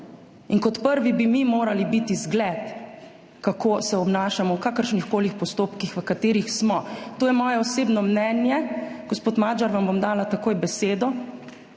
In kot prvi bi mi morali biti zgled, kako se obnašamo v kakršnihkoli postopkih, v katerih smo, to je moje osebno mnenje – gospod Magyar, vam bom dala takoj besedo